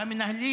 המנהלים